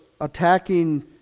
attacking